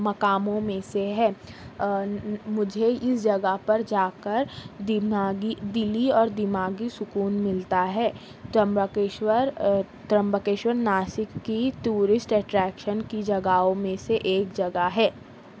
مقاموں میں سے ہے مجھے اس جگہ پر جا کر دماغی دلی اور دماغی سکون ملتا ہے ترمبا کیشور ترمبا کیشور ناسک کی ٹورسٹ اٹریکشن کی جگاہوں میں سے ایک جگہ ہے